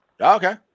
Okay